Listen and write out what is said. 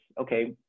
okay